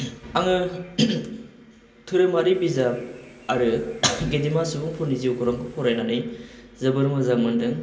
आङो दोहोरोमारि बिजाब आरो गेदेमा सुबुंफोरनि जिउखौरांखौ फरायनानै जोबोर मोजां मोन्दों